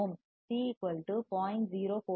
3 kilo ohm C 0